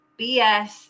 BS